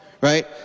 right